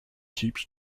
keeps